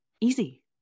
easy